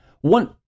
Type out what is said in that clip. One